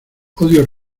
odio